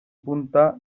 punta